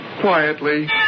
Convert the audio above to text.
quietly